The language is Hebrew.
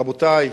רבותי,